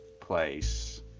place